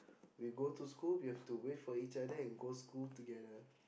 we go to school we have to wait for each other and go school together